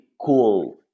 cool